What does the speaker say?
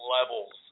levels